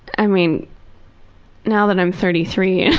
i mean now that i'm thirty three and